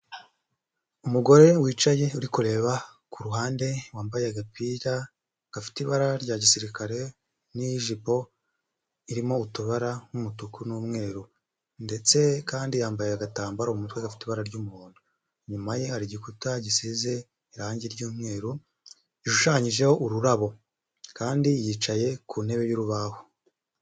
Umugore wicaye uri kureba kuruhande wambaye agapira gafite ibara rya gisirikare n''ijipo irimo utubara nk'umutuku n'umweru, ndetse kandi yambaye agatambaro mu mutwe afite ibara ry'umuhondo, inyuma ye hari igikuta gisize irangi ry'umweru rishushanyijeho ururabo kandi yicaye ku ntebe y'urubaho.